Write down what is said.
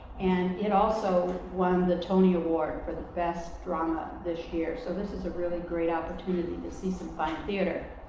and it also won the tony award for the best drama this year. so this is a really great opportunity to see some fine theater.